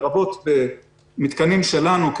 לרבות במתקנים שלנו,